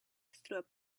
through